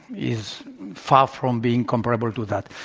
is far from being comparable to that.